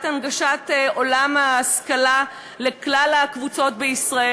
הנגשת עולם ההשכלה לכלל הקבוצות בישראל,